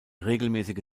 regelmäßige